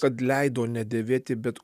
kad leido nedėvėti bet